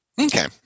Okay